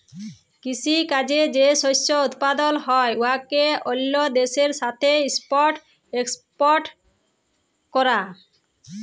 কিসি কাজে যে শস্য উৎপাদল হ্যয় উয়াকে অল্য দ্যাশের সাথে ইম্পর্ট এক্সপর্ট ক্যরা